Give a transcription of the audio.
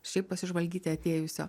šiaip pasižvalgyti atėjusio